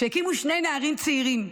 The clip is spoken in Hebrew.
שהקימו שני נערים צעירים,